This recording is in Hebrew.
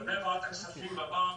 לגבי העברת הכספים בבנק,